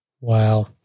Wow